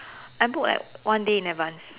I book like one day in advanced